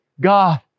God